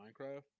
Minecraft